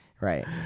Right